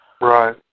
Right